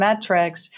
metrics